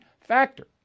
factor